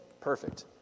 perfect